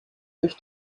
durch